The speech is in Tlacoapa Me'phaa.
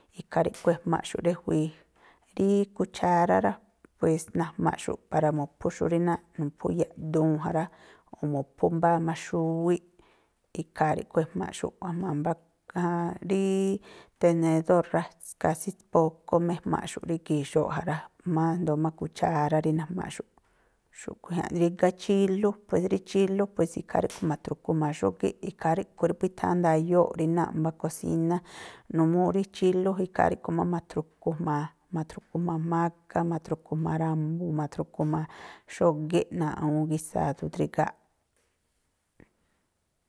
Ikhaa ríꞌkhui̱ ejmaꞌxu̱ꞌ rí e̱jui̱i. Rí kuchárá rá, pues najma̱ꞌxu̱ꞌ para mu̱phú xú rí náa̱ mu̱phú yaꞌduun ja rá, o̱ mu̱phú mbá maxúwíꞌ, ikhaa ríꞌkhui̱ ejmaꞌxu̱ꞌ. Rí tenedór rá, kásí pókó má ejmaꞌxu̱ꞌ rí gii̱ xúꞌ ja rá. Más ndóó má kuchárá rí najmaꞌxu̱ꞌ. Xúꞌkhui̱ jaꞌnii. Gá chílú, pues rí chílú, pues ikhaa ríꞌkhui̱ ma̱thru̱ku jma̱a xógíꞌ, ikhaa ríꞌkhui̱ rí phú i̱tháa̱n ndayóo̱ꞌ rí náa̱ꞌ mbá kosíná. Numuu rí chílú, ikhaa ríꞌkhui̱ má ma̱thru̱ku jma̱a, ma̱thru̱ku jma̱a mágá, ma̱thru̱ku jma̱a ra̱mbu̱, ma̱thru̱ku jma̱a xógíꞌ náa̱ꞌ awúún gisádú drígáa̱ꞌ.